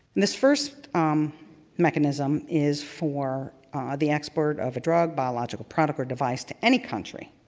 this first um mechanism is for the export of a drug, biological product, or device to any country.